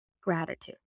gratitude